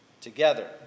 together